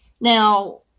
Now